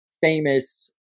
famous